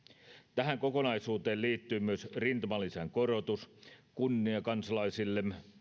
tähän kokonaisuuteen liittyy myös rintamalisän korotus kunniakansalaisillemme